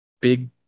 big